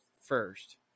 first